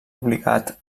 obligat